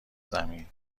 زمین